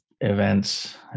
events